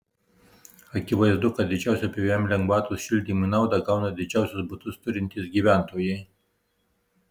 akivaizdu kad didžiausią pvm lengvatos šildymui naudą gauna didžiausius butus turintys gyventojai